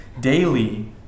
daily